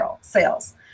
sales